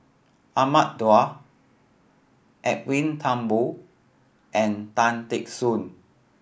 Ahmad Daud Edwin Thumboo and Tan Teck Soon